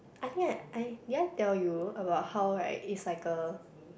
I think I I did I tell you about how right it's like a